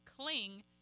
cling